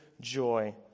joy